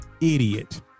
Idiot